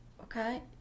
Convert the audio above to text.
okay